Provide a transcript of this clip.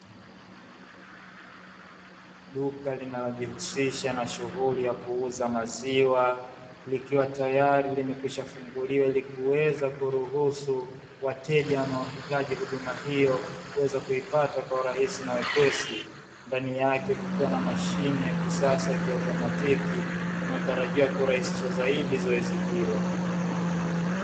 Duka linalojihusisha na shughuli ya kuuza maziwa, likiwa tayari limekwisha funguliwa ili kuweza kuruhusu wateja wanaohitaji huduma hiyo kuweza kuipata kwa urahisi na wepesi; ndani yake kukiwa na mashine ya kisasa ya kiautomatiki inayotarajiwa kurahisisha zaidi zoezi hilo.